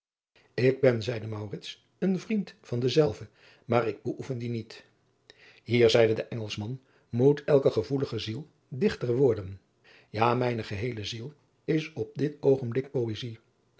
ik ben zeide maurits een vriend van dezelve maar ik beoefen die niet hier zeide de engelschman moet elke gevoelige ziel dichter worden ja mijne geheele ziel is op dit oogenblik poëzij